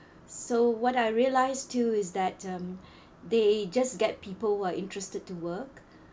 so what I realised too is that um they just get people who are interested to work